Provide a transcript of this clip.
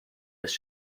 است